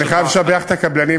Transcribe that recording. אני חייב לשבח את הקבלנים,